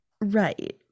right